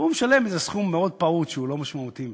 הוא משלם איזה סכום מאוד פעוט שהוא לא משמעותי מבחינתו.